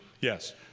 Yes